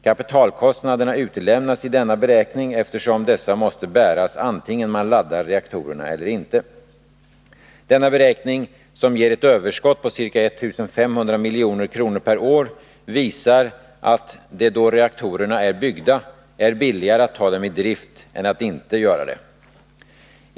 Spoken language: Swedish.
Kapitalkostnaderna utelämnas i denna beräkning, eftersom dessa måste bäras vare sig man laddar reaktorerna eller inte. Denna beräkning, som ger ett överskott på ca 1 500 milj.kr. per år, visar att det, då reaktorerna är byggda, är billigare att ta dem i drift än att inte göra det.